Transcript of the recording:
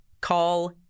call